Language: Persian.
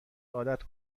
عادت